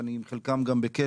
שאני עם חלקן גם בקשר.